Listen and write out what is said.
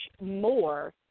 more